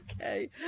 Okay